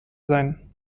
sein